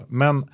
men